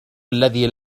الذي